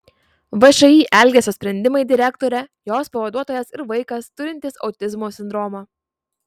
všį elgesio sprendimai direktorė jos pavaduotojas ir vaikas turintis autizmo sindromą